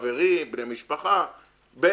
חברים, בני משפחה וכו'.